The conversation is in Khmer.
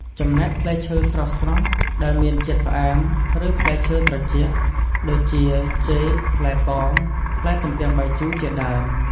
ចំណែក ផ្លែឈើស្រស់ៗ ដែលមានជាតិផ្អែម ឬផ្លែឈើត្រជាក់ ដូចជា ចេក ផ្លែប៉ោម ផ្លែទំពាំងបាយជូរ ជាដើម។